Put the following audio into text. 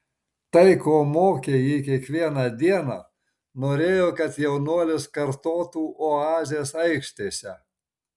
tai ko mokė jį kiekvieną dieną norėjo kad jaunuolis kartotų oazės aikštėse